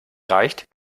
reicht